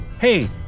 Hey